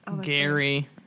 Gary